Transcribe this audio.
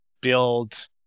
build